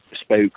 spoke